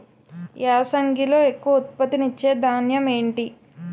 యాసంగిలో ఎక్కువ ఉత్పత్తిని ఇచే ధాన్యం ఏంటి?